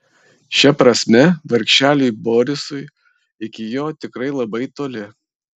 šia prasme vargšeliui borisui iki jo tikrai labai toli